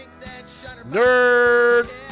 Nerd